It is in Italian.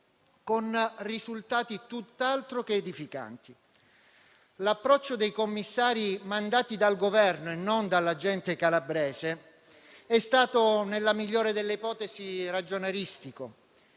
con risultati tutt'altro che edificanti. L'approccio dei commissari - mandati dal Governo e non dalla gente calabrese - è stato, nella migliore delle ipotesi, ragionieristico